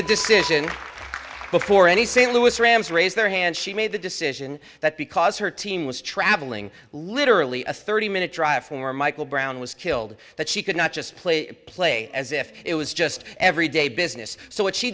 the decision before any st louis rams raised their hand she made the decision that because her team was traveling literally a thirty minute drive for michael brown was killed that she could not just play play as if it was just every day business so what she